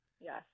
Yes